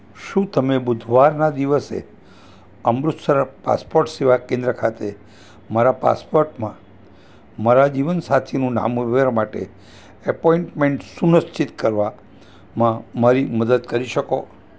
શું તમે બુધવારના દિવસે અમૃતસર પાસપોર્ટ સેવા કેન્દ્ર ખાતે મારા પાસપોર્ટમાં મારા જીવનસાથીનું નામ ઉમેરવા માટે એપોઈન્ટમેન્ટ સુનિશ્ચિત કરવા માં મારી મદદ કરી શકો